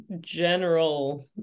general